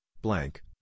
blank